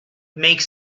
make